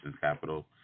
capital